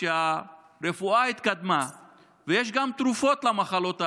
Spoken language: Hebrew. כשהרפואה התקדמה ויש גם תרופות למחלות האלה,